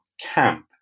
camp